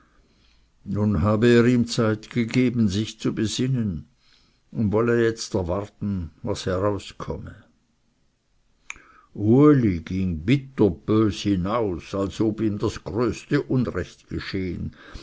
habe er ihm zeit gegeben sich zu besinnen und wolle jetzt erwarten was herauskomme uli ging bitterbös hinaus als ob ihm das größte unrecht geschehen